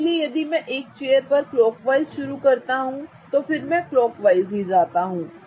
इसलिए यदि मैं एक चेयर पर क्लॉकवाइज शुरू करता हूं तो मैं क्लॉकवाइज जाता हूं